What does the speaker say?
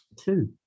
Two